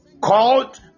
called